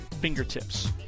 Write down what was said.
fingertips